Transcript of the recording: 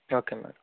okay madam